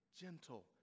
gentle